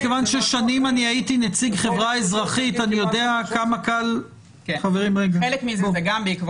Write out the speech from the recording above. מכיוון ששנים הייתי נציג חברה אזרחית אני יודע כמה קל --- זה לא